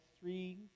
three